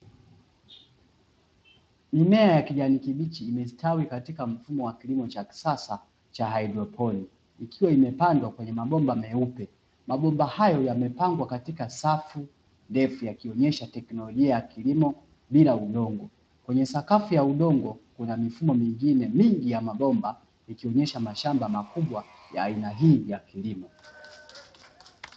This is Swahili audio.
Mimea ya kijani kibichi imestawi katika mfumo wa kilimo cha kisasa cha hydroponi, ikiwa imepandwa kwenye mabomba meupe, mabomba hayo yamepangwa katika safu ndefu yakionyesha teknolojia ya kilimo bila udongo, kwenye sakafu ya udongo kuna mifumo mingine mingi ya mabomba ikionyesha mashamba makubwa ya aina hii ya kilimo.